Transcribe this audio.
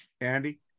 Andy